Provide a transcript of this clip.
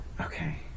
okay